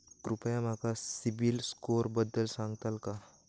कृपया माका सिबिल स्कोअरबद्दल सांगताल का?